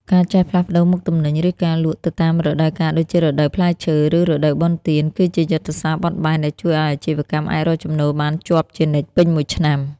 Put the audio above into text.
ការចេះផ្លាស់ប្តូរមុខទំនិញ ឬការលក់ទៅតាមរដូវកាល ដូចជារដូវផ្លែឈើ ឬរដូវបុណ្យទាន គឺជាយុទ្ធសាស្ត្របត់បែនដែលជួយឱ្យអាជីវកម្មអាចរកចំណូលបានជាប់ជានិច្ចពេញមួយឆ្នាំ។